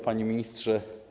Panie Ministrze!